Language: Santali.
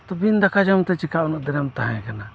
ᱛᱚ ᱵᱤᱱ ᱫᱟᱠᱟ ᱡᱚᱢᱛᱮ ᱪᱮᱠᱟ ᱩᱱᱟᱹᱜ ᱫᱤᱱᱮᱢ ᱛᱟᱦᱮᱸ ᱠᱟᱱᱟ